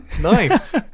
Nice